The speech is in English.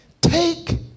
Take